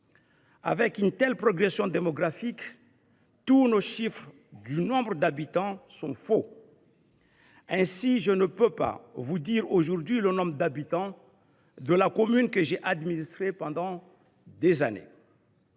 Avec une telle progression démographique, tous les chiffres relatifs à la population sont faux. Ainsi, je ne saurais pas vous dire aujourd’hui le nombre d’habitants de la commune que j’ai administrée pendant plusieurs années…